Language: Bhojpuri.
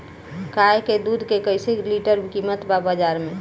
गाय के दूध कइसे लीटर कीमत बा बाज़ार मे?